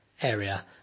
area